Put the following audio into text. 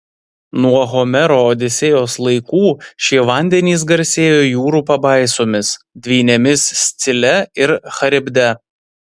nuo homero odisėjos laikų šie vandenys garsėjo jūrų pabaisomis dvynėmis scile ir charibde